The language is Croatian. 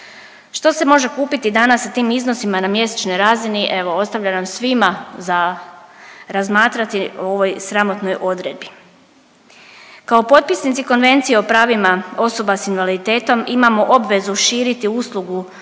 Što se može kupiti danas sa tim iznosima na mjesečnoj razini evo ostavljam nam svima za razmatrati u ovoj sramotnoj odredbi. Kao potpisnici Konvencije o pravima osoba sa invaliditetom imamo obvezu širiti uslugu